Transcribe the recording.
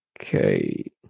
Okay